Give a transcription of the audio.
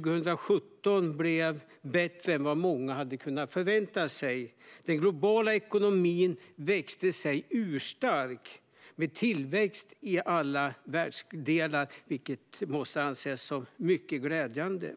2017 blev bättre än vad många hade väntat sig: Den globala ekonomin växte sig urstark med tillväxt i alla världsdelar, vilket är mycket glädjande.